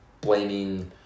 blaming